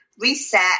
reset